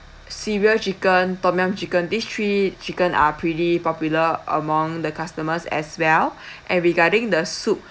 cereal chicken tom yum chicken these three chicken are pretty popular among the customers as well and regarding the soup